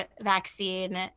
vaccine